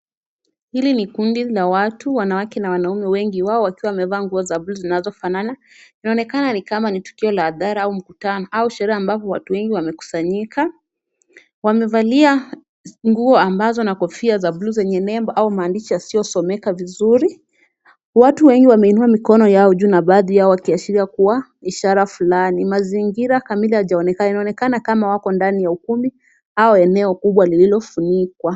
Hili ni kundi la watu wanaume na wanawake. Wengi wao wakiwa wamevaa nguo za blue zinazofanana. Inaonekana ni kama tukio la adhara au mkutano au shera ambapo watu wengi wamekusanyika. Wamevalia nguo ambazo na kofia za blue zenye nembo au maandishi yasiyosomeka vizuri. Watu wengi wameinua yao juu na baadhi yao wakiashiria kuwa ishara fulani. Mazingira kamili hayajaonekana. Inaonekana kama wako ndani ya ukumbi au eneo kubwa lililofunikwa.